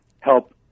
help